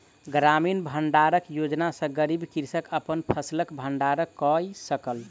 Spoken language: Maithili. ग्रामीण भण्डारण योजना सॅ गरीब कृषक अपन फसिलक भण्डारण कय सकल